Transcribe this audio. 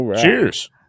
Cheers